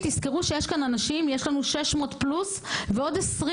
תזכרו שיש לנו 600 פלוס אנשים ועוד 20